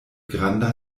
granda